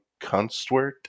Kunstwerk